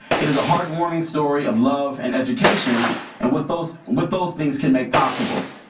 it is a heartwarming story of love and education and what those what those things can make possible.